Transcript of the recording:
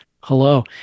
Hello